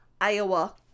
Iowa